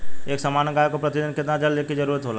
एक सामान्य गाय को प्रतिदिन कितना जल के जरुरत होला?